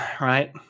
right